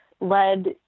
led